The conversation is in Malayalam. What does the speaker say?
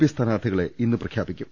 പി സ്ഥാനാർത്ഥികളെ ഇന്ന് പ്രഖ്യാപിക്കും